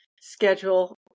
schedule